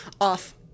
off